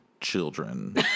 children